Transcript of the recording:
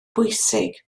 bwysig